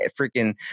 freaking